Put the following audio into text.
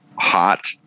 hot